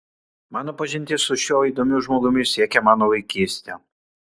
mano pažintis su šiuo įdomiu žmogumi siekia mano vaikystę